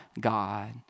God